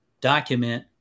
document